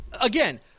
Again